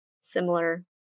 similar